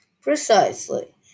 Precisely